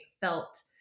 felt